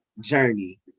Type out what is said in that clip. journey